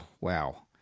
Wow